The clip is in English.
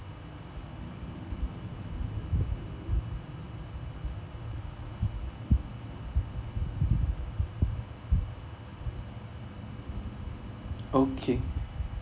okay